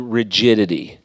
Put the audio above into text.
rigidity